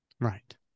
Right